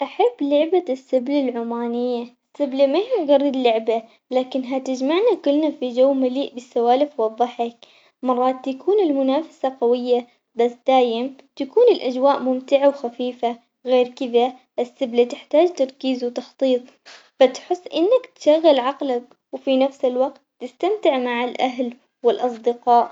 أحب لعبة السبل العمانية تبلا ما هي مجرد لعبة لكنها تجمعنا كلنا في جو مليء بالسوالف والضحك، مرات تكون المنافسة قوية بس دايم تكون الأجواء ممتعة وخفيفة غير كذا السبلة تحتاج تركيز وتخطيط، بتحس إنك تشغل عقلك وفي نفس الوقت تستمتع مع الأهل والأصدقاء.